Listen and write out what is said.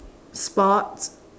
sports